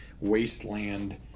wasteland